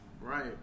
Right